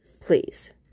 Please